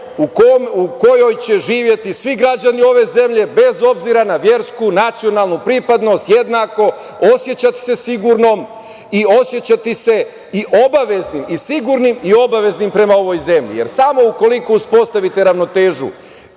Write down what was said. u kojoj će živeti svi građani ove zemlje bez obzira na versku, nacionalnu pripadnost, jednako osećati se sigurnim i osećati se i sigurnim i obaveznim prema ovoj zemlji. Jer, samo ukoliko uspostavite ravnotežu